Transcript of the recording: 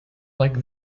like